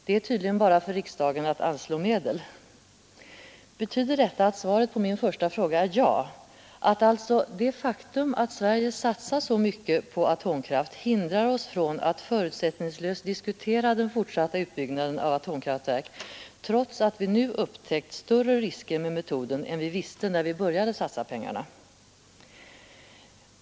Det är tydligen bara för riksdagen att anslå medel. Betyder detta att svaret på min första fråga är ja och att alltså det faktum att Sverige satsat så mycket på atomkraft hindrar oss från att förutsättningslöst diskutera den fortsatta utbyggnaden av atomkraftverk, trots att vi nu upptäckt större risker med metoden än vi kände till när vi började satsa pengarna?